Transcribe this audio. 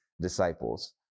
disciples